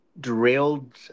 derailed